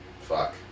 Fuck